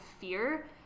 fear